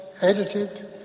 edited